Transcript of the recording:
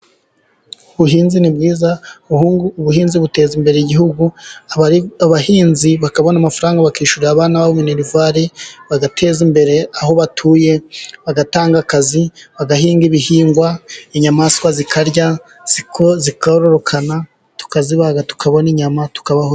Ubuhinzi ni bwiza, ubuhinzi buteza imbere igihugu abahinzi bakabona amafaranga, bakishyurira abana minerivari bagateza imbere aho batuye bagatanga akazi, bagahinga ibihingwa inyamaswa zikarya zikororoka tukazibaga tukabona inyama tukabaho.